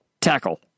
Tackle